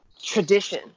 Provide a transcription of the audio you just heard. tradition